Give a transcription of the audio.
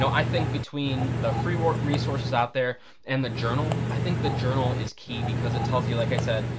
so i think between the free reasources out there and the journal, i think the journal is key because it tells you, like i said,